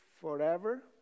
forever